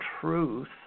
truth